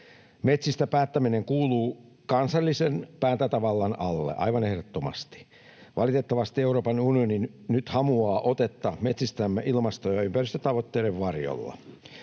Metsistä päättäminen kuuluu kansallisen päätäntävallan alle, aivan ehdottomasti. Valitettavasti Euroopan unioni nyt hamuaa otetta metsistämme ilmasto- ja ympäristötavoitteiden varjolla.